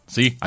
See